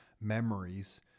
memories